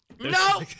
No